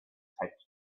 taped